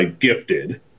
gifted